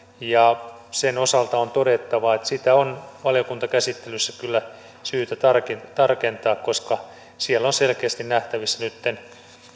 ja sen osalta on todettava että sitä on valiokuntakäsittelyssä kyllä syytä tarkentaa tarkentaa koska siellä on selkeästi nähtävissä nytten